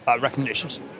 recognitions